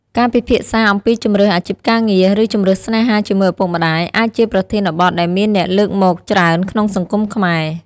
ការពិភាក្សាអំពីជម្រើសអាជីពការងារ ឬជម្រើសស្នេហាជាមួយឪពុកម្ដាយ អាចជាប្រធានបទដែលមានអ្នកលើកមកច្រើនក្នុងសង្គមខ្មែរ។